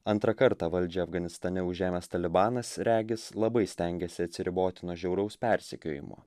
antrą kartą valdžią afganistane užėmęs talibanas regis labai stengėsi atsiriboti nuo žiauraus persekiojimo